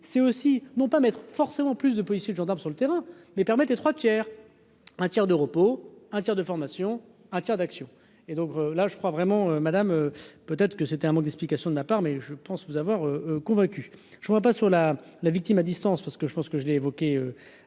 c'est aussi non pas maître forcément plus de policiers, de gendarmes sur le terrain mais permettez 3 tiers. Un tiers de repos, un tiers de formation, un tiers d'actions et donc là, je crois vraiment madame peut-être que c'était un mot d'explication de la part, mais je pense vous avoir convaincu, je ne vois pas sur la la victime à distance parce que je pense que je l'ai évoqué,